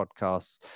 podcasts